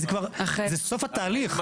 זה כבר סוף התהליך.